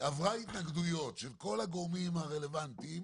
עברה התנגדויות של כל הגורמים הרלוונטיים,